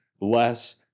less